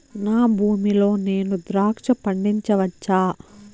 నా భూమి లో నేను ద్రాక్ష పండించవచ్చా?